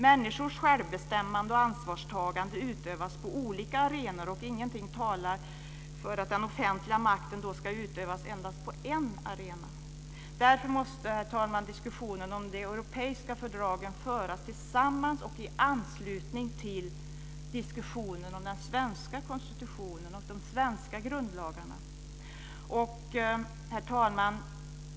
Människors självbestämmande och ansvarstagande utövas på olika arenor, och ingenting talar för att den offentliga makten då ska utövas på endast en arena. Därför måste, fru talman, diskussionen om de europeiska fördragen föras tillsammans med och i anslutning till den svenska konstitutionen och de svenska grundlagarna. Herr talman!